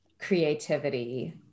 creativity